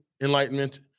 enlightenment